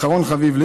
אחרון חביב לי,